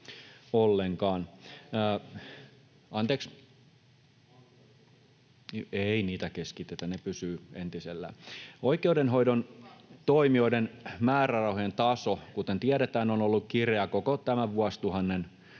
Oikeudenhoidon toimijoiden määrärahojen taso, kuten tiedetään, on ollut kireä koko tämän vuosituhannen ajan.